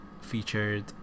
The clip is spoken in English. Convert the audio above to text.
featured